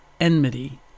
enmity